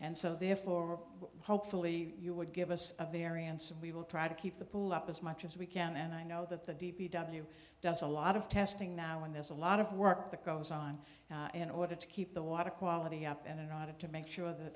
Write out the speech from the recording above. and so therefore hopefully you would give us a variance and we will try to keep the pool up as much as we can and i know that the d p w does a lot of testing now and there's a lot of work that goes on in order to keep the water quality up and i wanted to make sure that